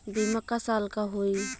बीमा क साल क होई?